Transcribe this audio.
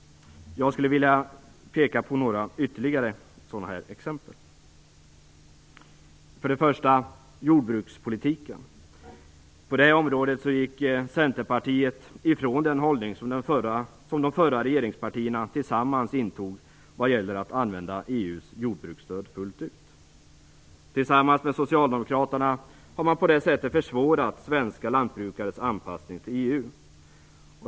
Jag skulle vilja peka på ytterligare några exempel. För det första gäller det jordbrukspolitiken. På detta område gick Centerpartiet ifrån den hållning som de förra regeringspartierna tillsammans intog vad gäller detta med att använda EU:s jordbruksstöd fullt ut. Tillsammans med Socialdemokraterna har man på det sättet försvårat svenska lantbrukares anpassning till EU.